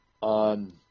on